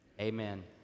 amen